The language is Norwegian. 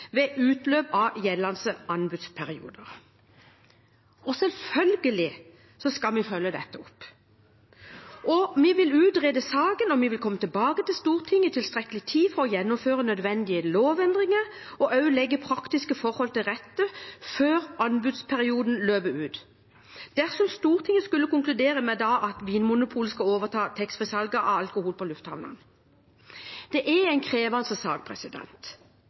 ved utløpet av gjeldende anbudsperiode. Selvfølgelig skal vi følge dette opp. Vi vil utrede saken, og vi vil komme tilbake til Stortinget i tilstrekkelig tid til å gjennomføre nødvendige lovendringer og også legge praktiske forhold til rette før anbudsperioden løper ut, dersom Stortinget skulle konkludere med at Vinmonopolet skal overta taxfree-salget av alkohol på lufthavnene. Dette er en krevende sak,